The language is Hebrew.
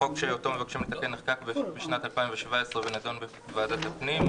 החוק שאותו מבקשים לתקן נחקק בשנת 2017 ונידון בוועדת הפנים.